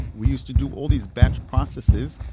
we used to do all these batch processes,